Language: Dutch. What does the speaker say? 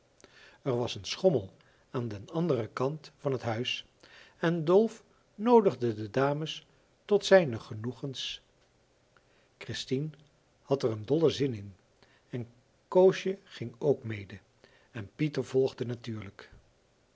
er was een schommel aan den anderen kant van het huis en dolf noodigde de dames tot zijne genoegens christien had er een dollen zin in en koosje ging ook mede en pieter volgde natuurlijk